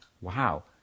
wow